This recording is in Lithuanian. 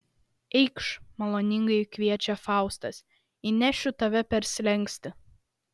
eikš maloningai kviečia faustas įnešiu tave per slenkstį